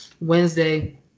Wednesday